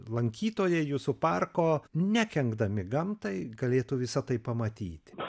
lankytojai jūsų parko nekenkdami gamtai galėtų visa tai pamatyt